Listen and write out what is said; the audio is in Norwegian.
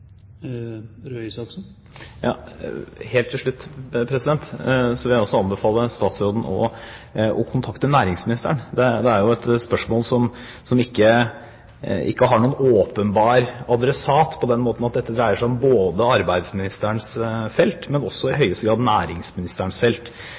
Helt til slutt vil jeg også anbefale statsråden å kontakte næringsministeren. Dette er et spørsmål som ikke har noen åpenbar adressat, på den måten at dette dreier seg om arbeidsministerens felt, men også i